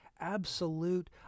absolute